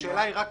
השאלה היא רק